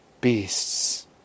beasts